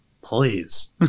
please